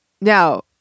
now